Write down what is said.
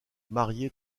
mariée